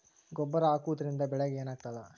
ಗೊಬ್ಬರ ಹಾಕುವುದರಿಂದ ಬೆಳಿಗ ಏನಾಗ್ತದ?